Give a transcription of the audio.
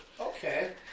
Okay